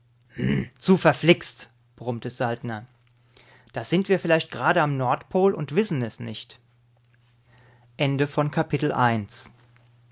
zu verflixt brummte saltner da sind wir vielleicht gerade am nordpol und wissen es nicht